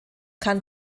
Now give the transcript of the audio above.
kann